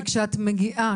וכשאת מגיעה,